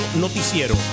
noticiero